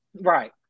Right